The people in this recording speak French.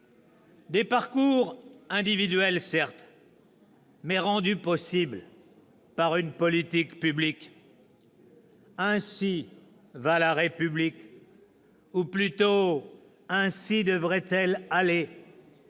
Des parcours individuels, certes, mais rendus possibles par une politique publique. « Ainsi va la République. Ou plutôt ainsi devrait-elle aller.